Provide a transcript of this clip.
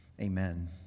Amen